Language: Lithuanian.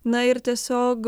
na ir tiesiog